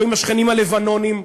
או עם השכנים הלבנונים.